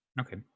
okay